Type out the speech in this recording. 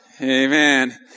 Amen